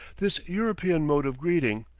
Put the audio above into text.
this european mode of greeting,